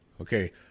Okay